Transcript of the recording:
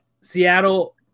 Seattle